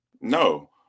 No